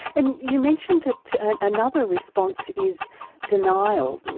and you mentioned that another response is denial.